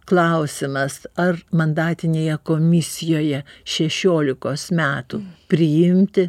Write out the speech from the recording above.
klausimas ar mandatinėje komisijoje šešiolikos metų priimti